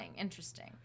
Interesting